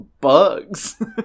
bugs